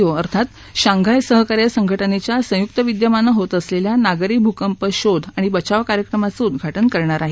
ओ अर्थात शांघाय सहकार्य संघटनेच्या संयुक्त विद्यमाने होत असलेल्या नागरी भूकंप शोध आणि बचाव कार्यक्रमाचं उद्घाटन करणार आहेत